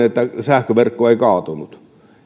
että sähköverkko ei kaatunut se pelasti meidän suomen